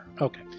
Okay